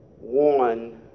one